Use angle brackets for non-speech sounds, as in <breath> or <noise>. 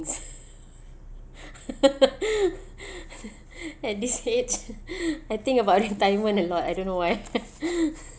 <laughs> <breath> at this age I think about retirement a lot I don't know why <laughs>